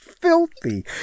filthy